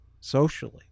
socially